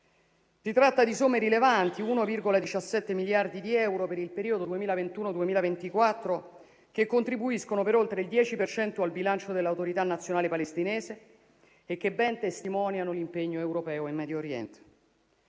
Si tratta di somme rilevanti: 1,17 miliardi di euro per il periodo 2021-2024, che contribuiscono per oltre il 10 per cento al bilancio dell'Autorità nazionale palestinese e che ben testimoniano l'impegno europeo in Medio Oriente.